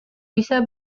bisa